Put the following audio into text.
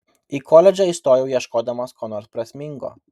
į koledžą įstojau ieškodamas ko nors prasmingo